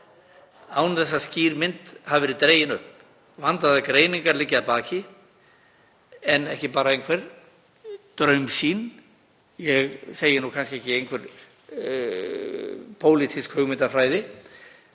án þess að skýr mynd hafi verið dregin upp og vandaðar greiningar liggi að baki en ekki bara einhver draumsýn, ég segi nú kannski ekki einhver pólitísk hugmyndafræði.